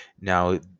now